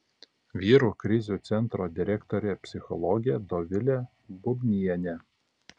vyrų krizių centro direktorė psichologė dovilė bubnienė